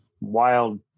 wild